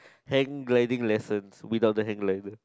hand gliding lessons without the hand glider